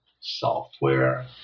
software